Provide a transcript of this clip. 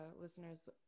listeners